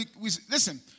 Listen